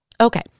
Okay